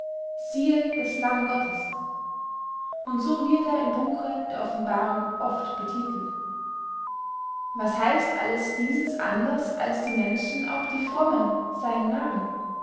siehe das lamm gottes und so wird er im buche der offenbarung oft betitelt was heißt alles dieses anders als die menschen auch die frommen seyen narren